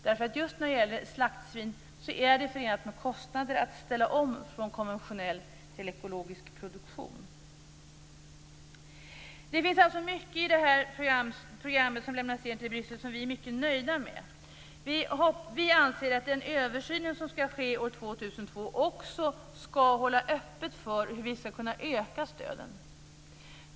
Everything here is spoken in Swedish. När det gäller slaktsvin är det förenat med kostnader att ställa om från konventionell till ekologisk produktion. Det finns mycket i det program som lämnas till Bryssel som vi är mycket nöjda med. Vi anser att den översyn som ska ske år 2002 också ska hålla öppet för hur vi ska kunna öka stöden.